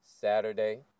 Saturday